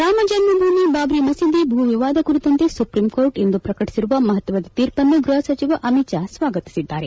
ರಾಮಜನ್ನ ಭೂಮಿ ಬಾಬ್ರಿ ಮಸೀದಿ ಭೂ ವಿವಾದ ಕುರಿತಂತೆ ಸುಪ್ರೀಂಕೋರ್ಟ್ ಇಂದು ಪ್ರಕಟಿಸಿರುವ ಮಹತ್ವದ ತೀರ್ಪನ್ನು ಗೃಹ ಸಚಿವ ಅಮಿತ್ ಶಾ ಸ್ವಾಗತಿಸಿದ್ದಾರೆ